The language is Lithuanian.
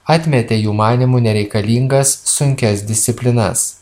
atmetė jų manymu nereikalingas sunkias disciplinas